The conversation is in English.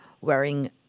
wearing